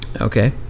Okay